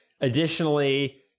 Additionally